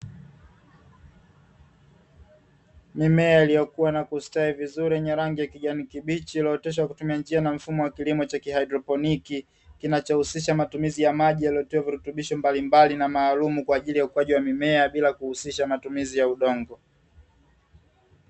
Mimea iliyokua na kustawi vizuri yenye rangi ya kijani iliyooteshwa kwa kutumia njia na mfumo, Cha kihaidroponiki kinachohusisha matumizi ya maji yaletayo virutubisho mbalimbali na maalum bila kuhusisha matumizi ya udongo.